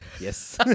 yes